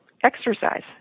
exercise